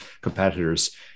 competitors